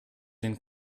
den